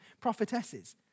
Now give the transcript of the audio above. prophetesses